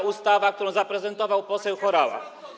ta ustawa, którą zaprezentował poseł Horała.